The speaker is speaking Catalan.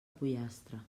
pollastre